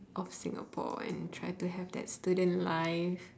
of singapore and try to have that student life